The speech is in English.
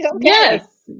yes